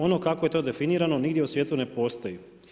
Ono kako je to definirano nigdje u svijetu ne postoji.